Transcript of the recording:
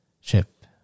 ship